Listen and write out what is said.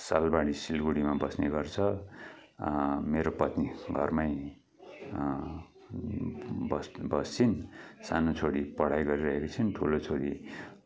सालबाडी सिलीगढीमा बस्ने गर्छ मेरो पत्नी घरमै बस्छ बस्छिन् सानो छोरी पढाई गरिरहेकी छिन् ठुलो छोरी